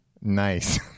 Nice